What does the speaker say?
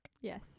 Yes